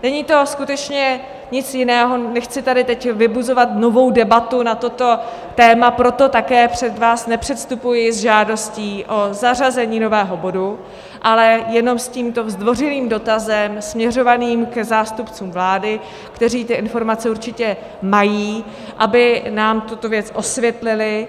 Není to skutečně nic jiného, nechci tady teď vybuzovat novou debatu na toto téma, proto také před vás nepředstupuji s žádostí o zařazení nového bodu, ale jenom s tímto zdvořilým dotazem směřovaným k zástupcům vlády, kteří ty informace určitě mají, aby nám tuto věc osvětlili.